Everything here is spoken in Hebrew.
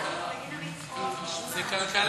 אם כבר, זה כלכלה.